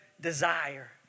Desire